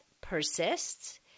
persists